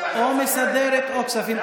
לא, או מסדרת או כספים.